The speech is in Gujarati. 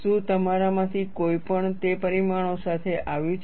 શું તમારામાંથી કોઈ પણ તે પરિણામો સાથે આવ્યું છે